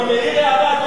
אני מעיר הערה.